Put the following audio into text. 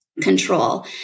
control